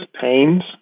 pains